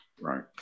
Right